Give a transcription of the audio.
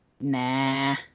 Nah